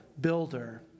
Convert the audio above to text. builder